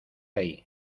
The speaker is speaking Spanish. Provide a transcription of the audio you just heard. ahí